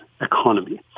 economy